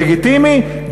לגיטימי,